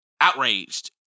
outraged